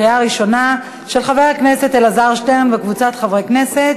של חבר הכנסת אלעזר שטרן וקבוצת חברי הכנסת,